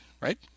right